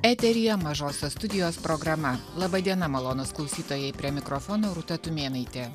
eteryje mažosios studijos programa laba diena malonūs klausytojai prie mikrofono rūta tumėnaitė